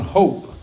hope